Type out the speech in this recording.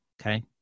okay